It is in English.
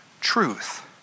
truth